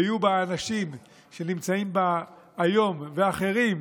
ויהיו בה האנשים שנמצאים בה היום ואחרים,